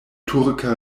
turka